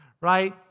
right